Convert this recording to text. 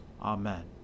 Amen